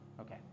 Okay